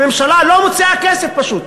הממשלה פשוט